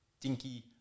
dinky